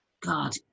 God